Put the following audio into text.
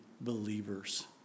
believers